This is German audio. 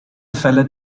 fälle